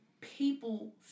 people